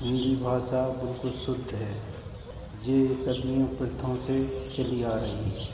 हिन्दी भाषा बिल्कुल शुद्ध है यह सदियों प्रथाओं से चली आ रही है